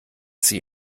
sie